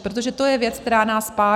Protože to je věc, která nás pálí.